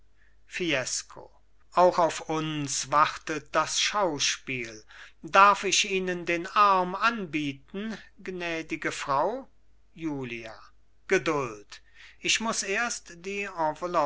fiesco auch auf uns wartet das schauspiel darf ich ihnen den arm anbieten gnädige frau julia geduld ich muß erst die